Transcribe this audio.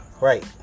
Right